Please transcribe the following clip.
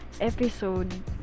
episode